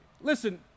listen